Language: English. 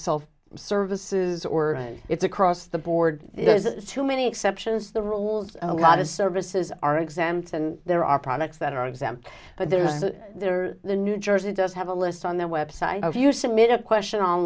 for services or it's across the board is that too many exceptions the rules a lot of services are exempt and there are products that are exempt but there's that the new jersey does have a list on their website if you submit a question